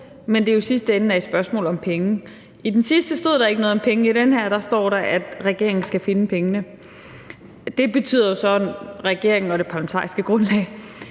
men hvor det jo i sidste ende er et spørgsmål om penge. I det sidste stod der ikke noget om penge; i det her står der, at regeringen skal finde pengene. Det betyder jo så regeringen og det parlamentariske grundlag,